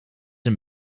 een